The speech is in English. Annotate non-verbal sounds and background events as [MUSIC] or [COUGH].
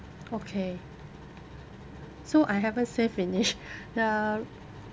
okay so I haven't say finish [NOISE] the